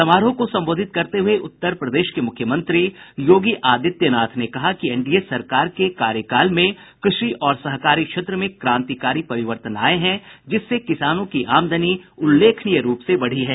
समारोह को संबोधित करते हुये उत्तर प्रदेश के मुख्यमंत्री योगी आदित्यनाथ ने कहा कि एनडीए सरकार के कार्यकाल में कृषि और सहकारी क्षेत्र में क्रांतिकारी परिवर्तन आये हैं जिससे किसानों की आमदनी उल्लेखनीय रूप से बढ़ी है